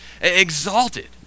exalted